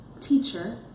Teacher